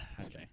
Okay